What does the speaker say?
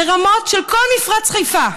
ברמות של כל מפרץ חיפה,